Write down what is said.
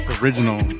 original